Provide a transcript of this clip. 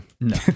no